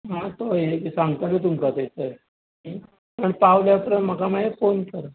आं तो ये सांगतले तुमका थंयसर आनी पावल्या उपरांत म्हाका मागीर फोन कर